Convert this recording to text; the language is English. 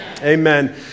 Amen